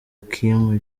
kim